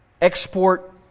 export